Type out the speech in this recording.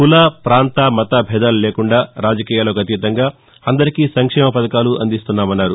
కుల ప్రాంత మత బేధాలు లేకుండా రాజకీయాలకు అతీతంగా అందరికీ సంక్షేమ పథకాలు అందిస్తున్నామన్నారు